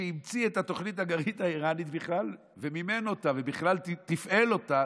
שהמציא את התוכנית הגרעינית האיראנית בכלל ומימן אותה ובכלל תפעל אותה,